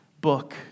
book